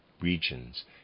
regions